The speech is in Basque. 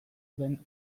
den